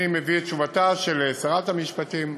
אני מביא את תשובתה של שרת המשפטים,